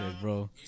bro